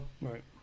Right